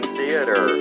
theater